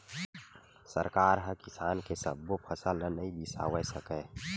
सरकार ह किसान के सब्बो फसल ल नइ बिसावय सकय